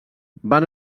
van